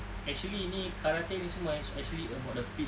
actually ini karate ni semua eh it's actually about the feel